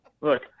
Look